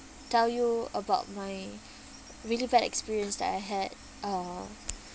tell you about my really bad experience that I had uh